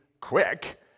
quick